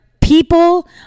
people